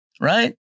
right